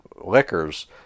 liquors